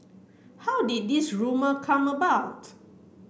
how did this rumour come about